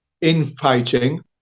infighting